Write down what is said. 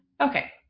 okay